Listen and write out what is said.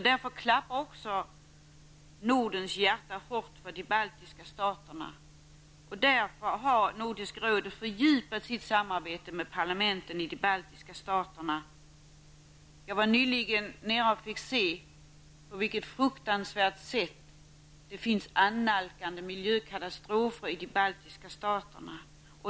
Därför klappar också Nordens hjärta hårt för de baltiska staterna, och därför har Nordiska rådet fördjupat sitt samarbete med parlamenten i de baltiska staterna. Jag fick nyligen se på vilket fruktansvärt sätt det finns annalkande miljökatastrofer i de baltiska staterna.